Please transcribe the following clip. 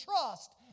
trust